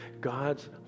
God's